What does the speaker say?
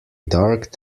dark